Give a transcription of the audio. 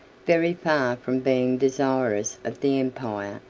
very far from being desirous of the empire,